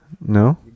no